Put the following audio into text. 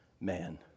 man